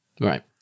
Right